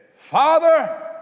Father